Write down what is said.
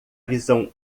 visão